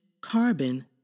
carbon